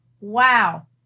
wow